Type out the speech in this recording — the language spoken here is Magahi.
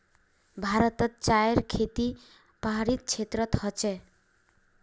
भारतोत चायर खेती पहाड़ी क्षेत्रोत होचे